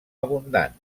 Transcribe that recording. abundant